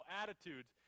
attitudes